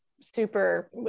super